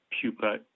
pupa